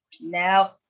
now